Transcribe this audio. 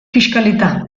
kiskalita